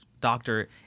doctor